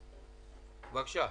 אז